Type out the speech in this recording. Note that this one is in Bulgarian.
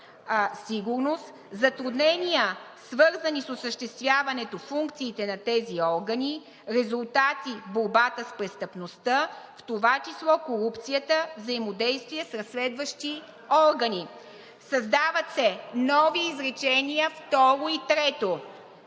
сигурност, затруднения, свързани с осъществяването функциите на тези органи, резултати в борбата с престъпността, в това число корупцията, взаимодействие с разследващи органи.“ Създават се нови изречения – второ и трето: